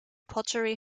pottery